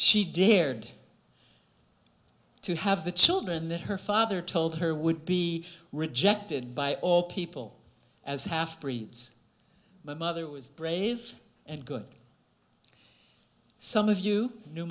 she dared to have the children that her father told her would be rejected by all people as half breeds my mother was brave and good some of you kn